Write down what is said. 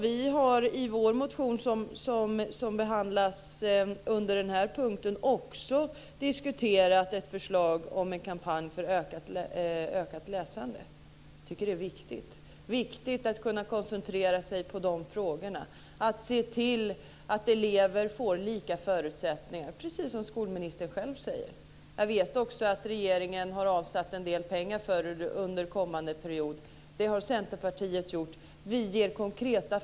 Vi har i vår motion som behandlas under den här punkten också diskuterat ett förslag om en kampanj för ökat läsande. Jag tycker att det är viktigt. Det är viktigt att kunna koncentrera sig på att se till att elever får lika förutsättningar, precis som skolministern själv säger. Jag vet att regeringen har avsatt en del pengar för detta under kommande period. Det har Centerpartiet också gjort.